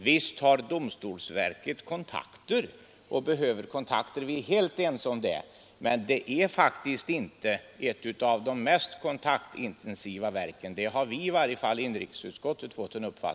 Visst behöver domstolsverket kontakter, det är vi helt ense om, men det är faktiskt inte ett av de mest kontaktintensiva verken. Den uppfattningen har vi i inrikesutskottet fått.